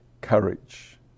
courage